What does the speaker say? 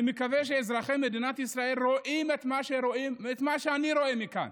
אני מקווה שאזרחי מדינת ישראל רואים את מה שאני רואה מכאן.